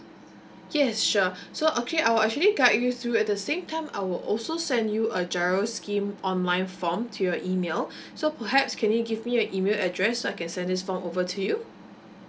yes sure so okay I will actually guide you through at the same time I will also send you a G_I_R_O scheme online form to your email so perhaps can you give me your E mail address so I can send this form over to you